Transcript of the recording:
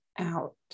Out